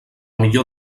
millor